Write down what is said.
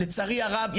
לצערי הרב,